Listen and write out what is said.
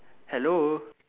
hello